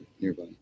nearby